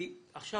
כי עכשיו